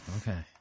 Okay